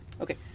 Okay